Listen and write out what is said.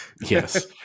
yes